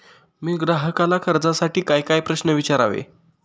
मी ग्राहकाला कर्जासाठी कायकाय प्रश्न विचारावे?